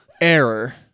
error